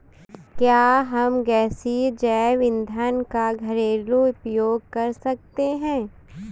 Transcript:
क्या हम गैसीय जैव ईंधन का घरेलू उपयोग कर सकते हैं?